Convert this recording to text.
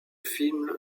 film